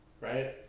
right